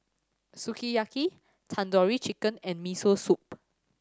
Sukiyaki Tandoori Chicken and Miso Soup